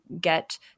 get